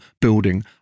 building